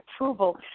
approval